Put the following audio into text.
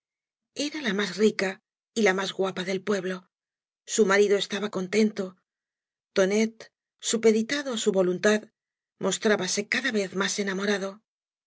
era la más rica y la más guapa del pueblo su marido estaba contento tonet supeditado á su voluntad mostrábase cada vez más enamorado